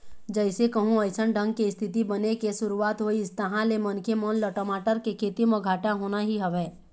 जइसे कहूँ अइसन ढंग के इस्थिति बने के शुरुवात होइस तहाँ ले मनखे मन ल टमाटर के खेती म घाटा होना ही हवय